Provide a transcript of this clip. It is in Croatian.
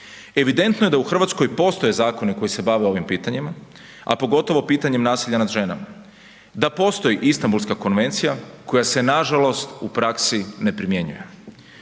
Evidentno je da u RH postoje zakoni koji se bave ovim pitanjima, a pogotovo pitanjem nasilja nad ženama, da postoji Istambulska konvencija koja se nažalost u praksi ne primjenjuje.